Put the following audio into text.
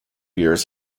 years